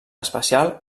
especial